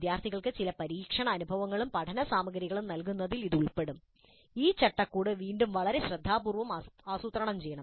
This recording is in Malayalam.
വിദ്യാർത്ഥികൾക്ക് ചില പരീക്ഷണ അനുഭവങ്ങളും പഠന സാമഗ്രികളും നൽകുന്നത് ഇതിൽ ഉൾപ്പെടും ഈ ചട്ടക്കൂട് വീണ്ടും വളരെ ശ്രദ്ധാപൂർവ്വം ആസൂത്രണം ചെയ്യണം